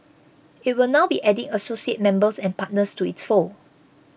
it will now be adding associate members and partners to its fold